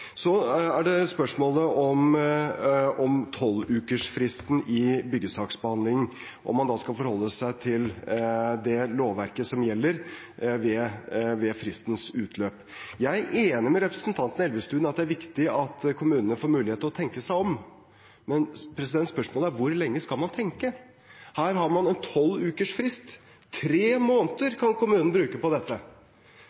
Så er det spørsmål om 12-ukersfristen i byggesaksbehandlingen, og om man da skal forholde seg til det lovverket som gjelder ved fristens utløp. Jeg er enig med representanten Elvestuen i at det er viktig at kommunene får mulighet til å tenke seg om, men spørsmålet er: Hvor lenge skal man tenke? Her har man en 12-ukersfrist – tre måneder